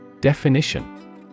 Definition